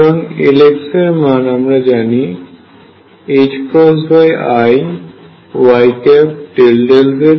সুতরাং Lx এর মান আমরা জানি i y∂z z∂y